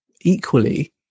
equally